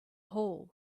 whole